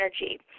energy